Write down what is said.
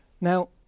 Now